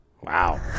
wow